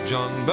John